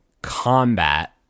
combat